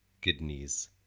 kidneys